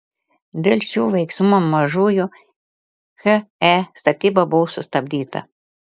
dėl šių veiksmų mažųjų he statyba buvo sustabdyta